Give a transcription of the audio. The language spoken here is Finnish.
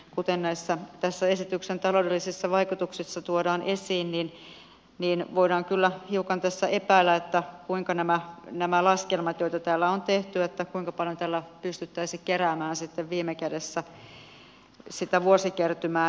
kuten tässä esityksessä koskien näitä taloudellisia vaikutuksia tuodaan esiin kun katsoo näitä laskelmia joita täällä on tehty niin voidaan kyllä hiukan epäillä kuinka nämä nämä laskelmat joita täällä on tehty paljon tällä pystyttäisiin keräämään sitten viime kädessä sitä vuosikertymää